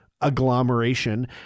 agglomeration